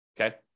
okay